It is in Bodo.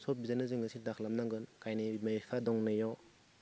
सब बिथिंजायनो जोङो सिन्ता खालामनांगोन गावनि बिमा बिफा दंनायाव